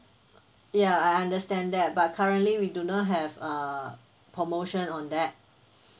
ya I understand that but currently we do not have uh promotion on that